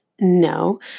No